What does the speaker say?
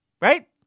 Right